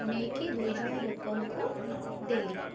ନେଇକି ଦୁଇ ଜଣ ଲୋକଙ୍କୁ ଦେଲି